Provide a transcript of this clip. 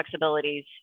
flexibilities